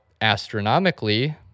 astronomically